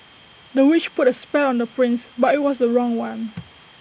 the witch put A spell on the prince but IT was the wrong one